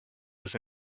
was